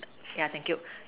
yeah thank you